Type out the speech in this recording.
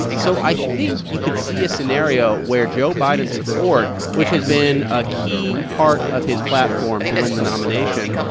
so i think you could see a scenario where joe biden's support, which has been a key part of his platform to win the nomination,